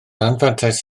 anfantais